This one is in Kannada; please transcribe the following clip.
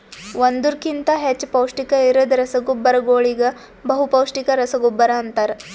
ಒಂದುರ್ ಕಿಂತಾ ಹೆಚ್ಚ ಪೌಷ್ಟಿಕ ಇರದ್ ರಸಗೊಬ್ಬರಗೋಳಿಗ ಬಹುಪೌಸ್ಟಿಕ ರಸಗೊಬ್ಬರ ಅಂತಾರ್